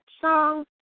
song